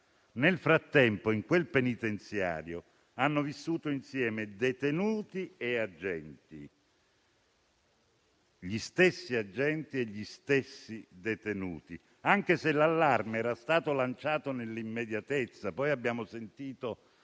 nel frattempo in quel penitenziario hanno vissuto insieme gli stessi agenti e gli stessi detenuti, anche se l'allarme era stato lanciato nell'immediatezza, poi abbiamo sentito